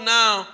now